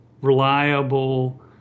reliable